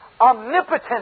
omnipotent